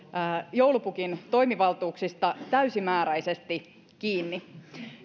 joulupukin toimivaltuuksista täysimääräisesti kiinni